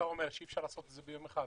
שאי-אפשר לעשות את זה ביום אחד?